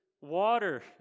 water